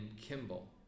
Kimball